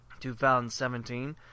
2017